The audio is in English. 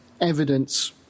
evidence